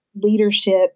leadership